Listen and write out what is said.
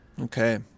Okay